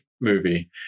movie